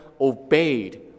obeyed